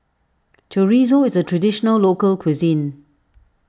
Chorizo is a Traditional Local Cuisine